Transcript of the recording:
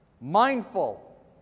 Mindful